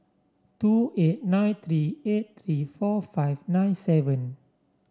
two eight nine three eight three four five nine seven